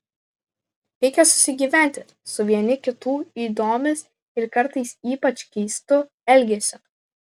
reikia susigyventi su vieni kitų ydomis ir kartais ypač keistu elgesiu